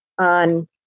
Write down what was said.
on